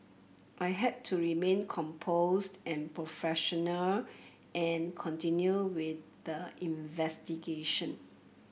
I had to remain composed and professional and continue with the investigation